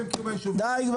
די.